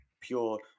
pure